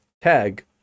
tag